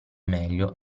meglio